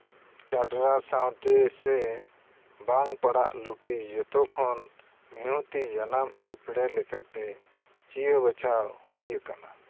ᱪᱟᱰᱨᱟ ᱥᱟᱶᱛᱮ ᱥᱮ ᱵᱟᱝ ᱯᱟᱲᱟᱜ ᱞᱩᱴᱤ ᱡᱚᱛᱚᱠᱷᱚᱱ ᱢᱤᱦᱛᱤ ᱡᱟᱱᱟᱢ ᱮᱯᱲᱮ ᱞᱮᱠᱟᱛᱮ ᱪᱤᱭᱟᱹ ᱵᱟᱪᱷᱟᱣ ᱦᱩᱭ ᱟᱠᱟᱱᱟ